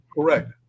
Correct